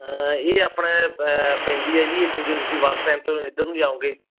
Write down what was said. ਇਹ ਆਪਣਾ ਪੈਂਦੀ ਹੈ ਜੀ ਇਕ ਜਦੋਂ ਤੁਸੀਂ ਬੱਸ ਸਟੈਂਡ ਤੋਂ ਇੱਧਰ ਨੂੰ ਜਾਓਗੇ